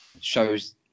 shows